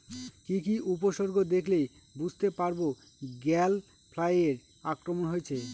কি কি উপসর্গ দেখলে বুঝতে পারব গ্যাল ফ্লাইয়ের আক্রমণ হয়েছে?